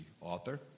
author